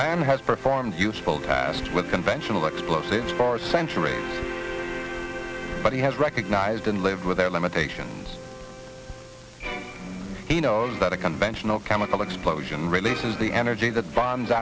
man has performed useful asked with conventional explosives for centuries but he has recognized and lived with their limitations he knows that a conventional chemical explosion releases the energy th